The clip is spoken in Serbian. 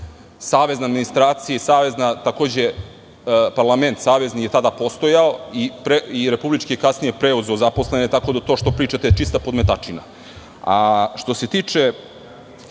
savezna administracija i savezni parlament je tada postojao, i republički je kasnije preuzeo zaposlene, tako da to što pričate je čista podmetačina. Što